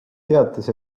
teatas